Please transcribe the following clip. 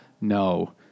No